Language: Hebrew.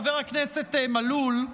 חבר הכנסת מלול,